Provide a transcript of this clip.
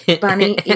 bunny